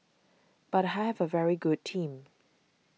but I have a very good team